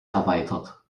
erweitert